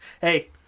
hey